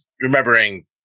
remembering